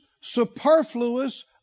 superfluous